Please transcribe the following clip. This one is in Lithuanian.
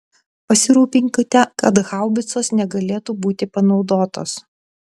pasirūpinkite kad haubicos negalėtų būti panaudotos